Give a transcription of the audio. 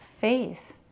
faith